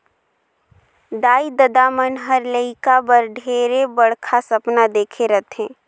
दाई ददा मन हर लेइका बर ढेरे बड़खा सपना देखे रथें